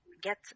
Get